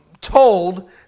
told